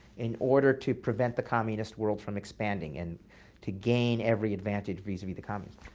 in order to prevent the communist world from expanding and to gain every advantage vis-a-vis the communists.